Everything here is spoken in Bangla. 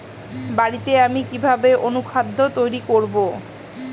বাড়িতে আমি কিভাবে অনুখাদ্য তৈরি করব?